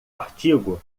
artigo